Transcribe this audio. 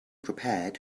prepared